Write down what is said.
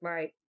Right